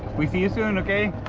we see you soon okay?